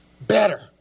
better